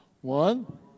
One